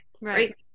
right